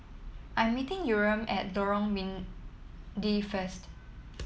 I'm meeting Yurem at Lorong Mydin first